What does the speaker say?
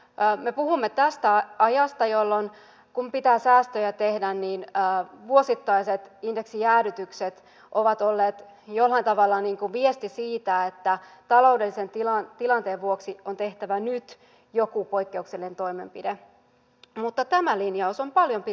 me puhumme tästä ajasta jolloin kun pitää säästöjä tehdä vuosittaiset indeksijäädytykset ovat olleet jollain tavalla viesti siitä että taloudellisen tilanteen vuoksi on tehtävä nyt joku poikkeuksellinen toimenpide mutta tämä linjaus on paljon pidempiaikainen